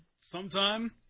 sometime